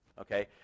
Okay